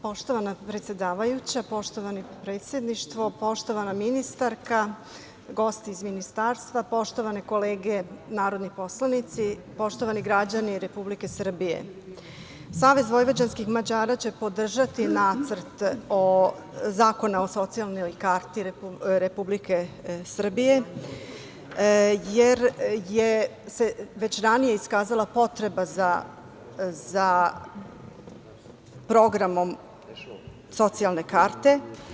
Poštovana predsedavajuća, poštovano predsedništvo, poštovana ministarka, gosti iz Ministarstva, poštovane kolege narodni poslanici, poštovani građani Republike Srbije, Savez Vojvođanskih Mađara, će podržati Nacrt zakona o socijalnoj karti Republike Srbije jer se već ranije iskazala potreba za Programom socijalne karte.